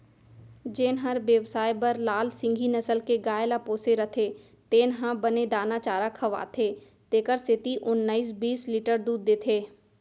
जेन हर बेवसाय बर लाल सिंघी नसल के गाय ल पोसे रथे तेन ह बने दाना चारा खवाथे तेकर सेती ओन्नाइस बीस लीटर दूद देथे